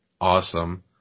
awesome